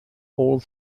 all